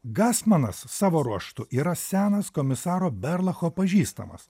gastmanas savo ruožtu yra senas komisaro berlacho pažįstamas